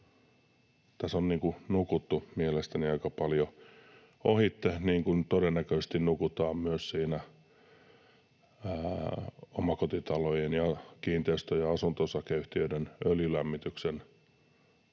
Tässä on nukuttu mielestäni aika paljon ohitse, niin kuin todennäköisesti nukutaan myös omakotitalojen ja kiinteistö- ja asunto-osakeyhtiöiden öljylämmityksen